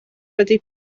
wedi